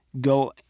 go